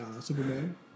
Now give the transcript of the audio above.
Superman